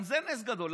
גם זה נס גדול.